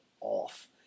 off